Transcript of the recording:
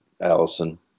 Allison